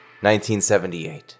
1978